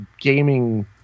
gaming